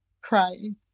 crying